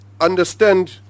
understand